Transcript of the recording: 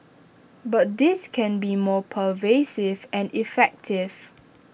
but this can be more pervasive and effective